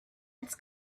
its